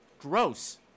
Gross